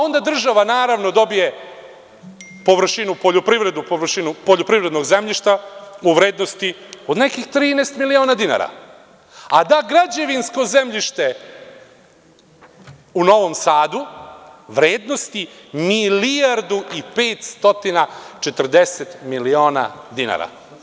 Onda naravno država dobije poljoprivredno zemljište u vrednosti od nekih 13 miliona dinara, a da građevinsko zemljište u Novom Sadu vrednosti milijardu i 540 miliona dinara.